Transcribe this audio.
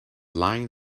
lying